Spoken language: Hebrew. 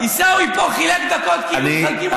עיסאווי פה חילק דקות כאילו מחלקים אותן חינם.